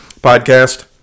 podcast